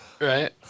Right